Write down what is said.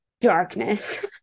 darkness